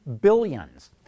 billions